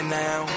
now